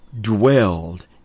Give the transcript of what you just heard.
dwelled